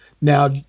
Now